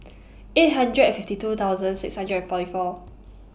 eight hundred and fifty two thousand six hundred and forty four